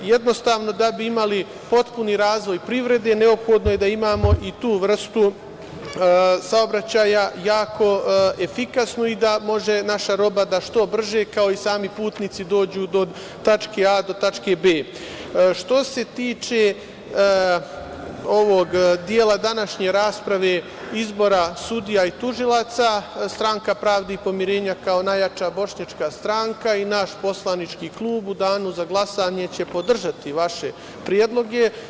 Jednostavno, da bi imali potpuni razvoj privrede, neophodno je da imamo i tu vrstu saobraćaja jako efikasnu i da može naša roba da što brže, kao i sami putnici, dođe od tačke A do tačke B. Što se tiče ovog dela današnje rasprave, izbora sudija i tužilaca, Stranka pravde i pomirenja, kao najjača bošnjačka stranka, i naš poslanički klub u danu za glasanje će podržati vaše predloge.